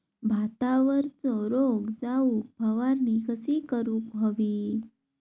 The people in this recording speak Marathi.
भातावरचो रोग जाऊक फवारणी कशी करूक हवी?